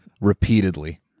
repeatedly